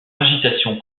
agitation